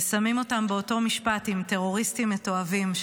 ושמים אותם באותו משפט עם טרוריסטים מתועבים,